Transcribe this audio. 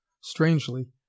strangely